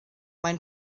mae